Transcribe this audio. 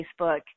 Facebook